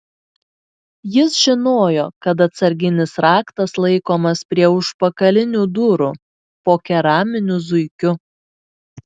jis žinojo kad atsarginis raktas laikomas prie užpakalinių durų po keraminiu zuikiu